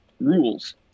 rules